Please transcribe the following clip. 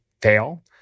fail